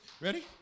Ready